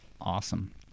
Awesome